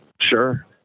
Sure